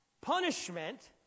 punishment